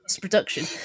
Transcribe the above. production